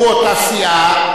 הוא אותה סיעה.